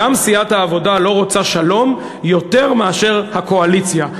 גם סיעת העבודה לא רוצה שלום יותר מאשר הקואליציה,